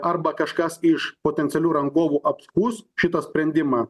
arba kažkas iš potencialių rangovų apskųs šitą sprendimą